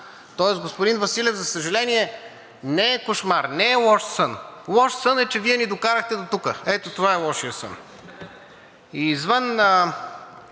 Тоест, господин Василев, за съжаление, не е кошмар, не е лош сън – лош сън е, че Вие ни докарахте дотук. Ето това е лошият сън.